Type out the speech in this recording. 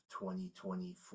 2024